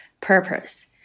purpose